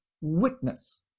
witness